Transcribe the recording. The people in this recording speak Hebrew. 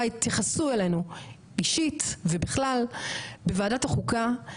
התייחסו אלינו אישית ובכלל בוועדת החוקה,